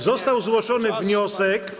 Został zgłoszony wniosek.